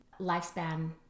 lifespan